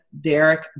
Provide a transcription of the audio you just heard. Derek